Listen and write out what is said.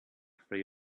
free